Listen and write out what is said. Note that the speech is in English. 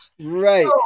right